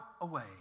away